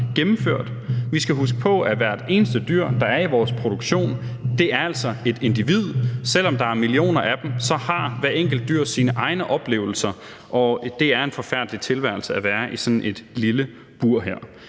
gennemført. Vi skal huske på, at hvert eneste dyr, der er i vores produktion, er et individ. Selv om der er millioner af dem, har hvert enkelt dyr sine egne oplevelser, og det er en forfærdelig tilværelse at være i sådan et lille bur.